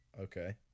Okay